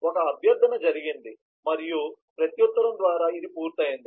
ఒక అభ్యర్థన జరిగింది మరియు ప్రత్యుత్తరం ద్వారా ఇది పూర్తయింది